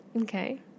Okay